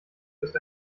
ist